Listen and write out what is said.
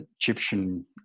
Egyptian